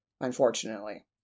unfortunately